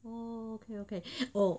okay okay oh